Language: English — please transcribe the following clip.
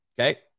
Okay